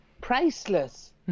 priceless